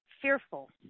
fearful